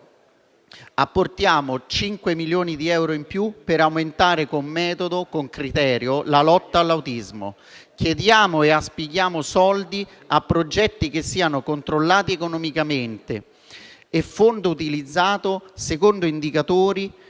apportiamo 5 milioni di euro in più per aumentare con metodo e con criterio la lotta all'autismo. Chiediamo e auspichiamo che i soldi siano distribuiti a progetti che siano controllati economicamente e che il Fondo sia utilizzato secondo indicatori